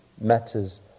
matters